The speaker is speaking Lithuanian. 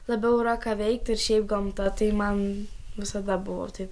labiau yra ką veikt ir šiaip gamta tai man visada buvo taip